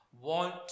want